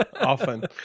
often